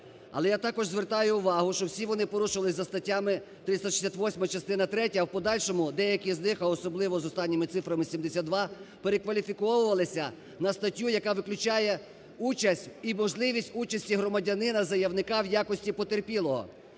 Але я також звертаю увагу, що всі вони порушувалися за статтями 368 частина третя, а в подальшому деякі з них, а особливо з останніми цифрами 72, перекваліфіковувалися на статтю, яка виклює участь і можливість участі громадянина, заявника в якості потерпілого.